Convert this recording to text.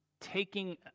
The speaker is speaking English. taking